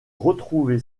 retrouvé